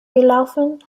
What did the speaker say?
gelaufen